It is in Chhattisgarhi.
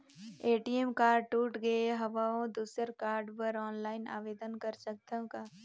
ए.टी.एम कारड टूट गे हववं दुसर कारड बर ऑनलाइन आवेदन कर सकथव का?